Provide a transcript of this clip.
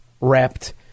wrapped